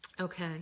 okay